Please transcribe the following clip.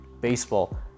baseball